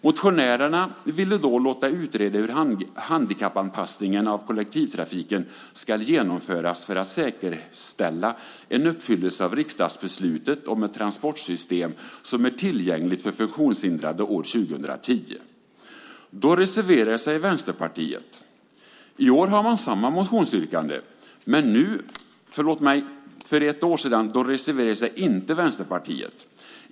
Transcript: Motionärerna ville då låta utreda hur handikappanpassningen av kollektivtrafiken ska genomföras för att säkerställa en uppfyllelse av riksdagsbeslutet om ett transportsystem som är tillgängligt för funktionshindrade år 2010. Då reserverade sig inte Vänsterpartiet.